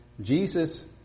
Jesus